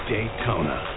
Daytona